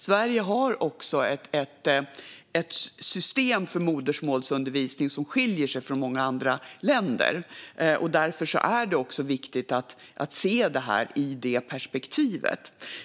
Sverige har ett system för modersmålsundervisning som skiljer sig från många andra länders. Därför är det viktigt att se detta även ur det perspektivet.